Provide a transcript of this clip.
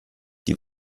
die